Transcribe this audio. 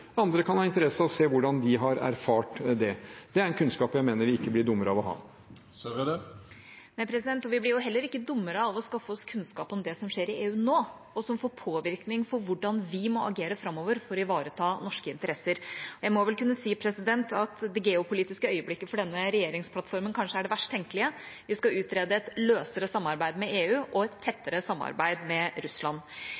andre kan ha interesse av å se hvordan de har erfart det. Det er en kunnskap jeg mener vi ikke blir dummere av å ha. Ine Eriksen Søreide – til oppfølgingsspørsmål. Vi blir jo heller ikke dummere av å skaffe oss kunnskap om det som skjer i EU nå, og som får påvirkning for hvordan vi må agere framover for å ivareta norske interesser. Og jeg må vel kunne si at det geopolitiske øyeblikket for denne regjeringsplattformen kanskje er det verst tenkelige: Vi skal utrede et løsere samarbeid med EU og et